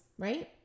right